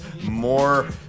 more